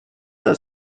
that